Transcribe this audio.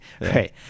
Right